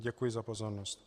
Děkuji za pozornost.